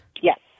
Yes